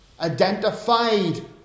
identified